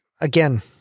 again